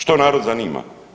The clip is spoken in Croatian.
Što narod zanima?